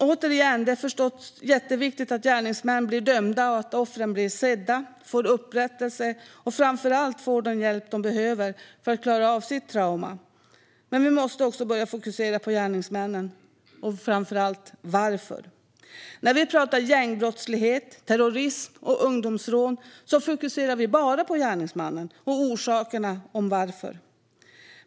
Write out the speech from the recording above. Återigen: Det är förstås jätteviktigt att gärningsmän blir dömda och att offren blir sedda, får upprättelse och framför allt får den hjälp de behöver för att klara av sitt trauma. Men vi måste också börja fokusera på gärningsmännen och framför allt på varför. När vi pratar om gängbrottslighet, terrorism och ungdomsrån fokuserar vi bara på gärningsmannen och orsakerna till varför.